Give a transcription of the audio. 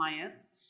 clients